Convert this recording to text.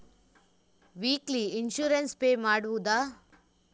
Weekly insurance pay ಮಾಡುವುದ?